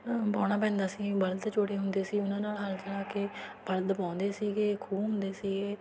ਵਾਹੁਣਾ ਪੈਂਦਾ ਸੀ ਬਲਦ ਜੋੜੇ ਹੁੰਦੇ ਸੀ ਉਹਨਾਂ ਨਾਲ ਹਲ ਚਲਾ ਕੇ ਬਲਦ ਵਾਹੁੰਦੇ ਸੀਗੇ ਖੂਹ ਹੁੰਦੇ ਸੀਗੇ